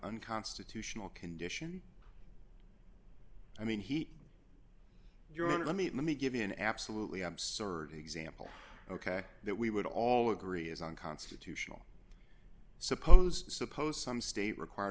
unconstitutional condition i mean he you're going to let me let me give you an absolutely absurd example ok that we would all agree is unconstitutional suppose suppose some state required